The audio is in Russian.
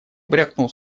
брякнул